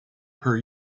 her